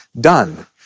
done